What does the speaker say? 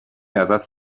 ازت